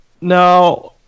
Now